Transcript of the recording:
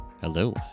Hello